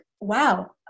wow